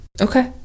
okay